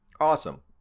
Awesome